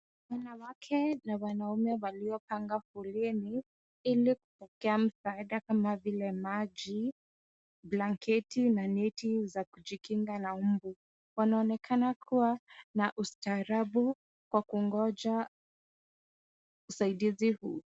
Wanawake na wanaume waliopanga foleni ili kupokea msaada kama vile maji, blanketi na neti za kujikinga na mbu. Wanaonekana kuwa na ustaarabu kwa kungoja usaidizi huu.